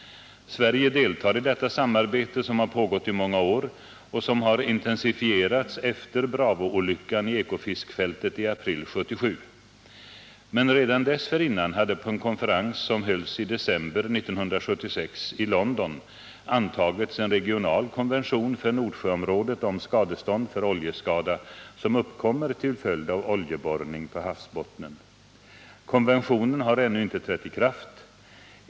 Sverige deltar i detta samarbete som har pågått i många år och som har intensifierats efter Bravoolyckan i Ekofiskfältet i april 1977. Men redan dessförinnan hade på en konferens som hölls i december 1976 i London antagits en regional konvention för Nordsjöområdet om skadestånd för oljeskada som uppkommer till följd av oljeborrning på havsbottnen. Konventionen har ännu inte trätt i kraft.